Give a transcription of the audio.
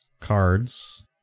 cards